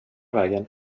vägen